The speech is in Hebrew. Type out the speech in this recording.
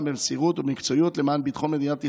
במסירות ובמקצועיות למען ביטחון מדינת ישראל,